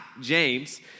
James